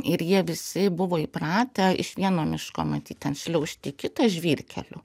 ir jie visi buvo įpratę iš vieno miško matyt ten šliaužti į kitą žvyrkeliu